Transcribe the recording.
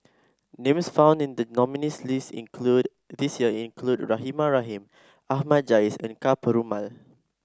names found in the nominees' list include this year include Rahimah Rahim Ahmad Jais and Ka Perumal